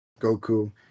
Goku